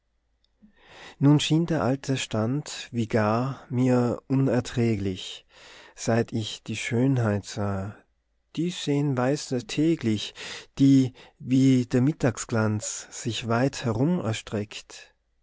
nun schien der alte stand wie gar mir unerträglich seit ich die schönheit sah die sehen weise täglich die wie der mittagsglanz sich weit herum erstreckt